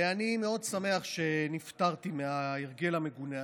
ואני מאוד שמח שנפטרתי מההרגל המגונה הזה.